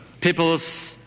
people's